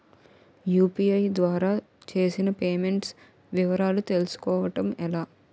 UPI ద్వారా చేసిన payments వివరాలు తెలుసుకోవటం ఎలా?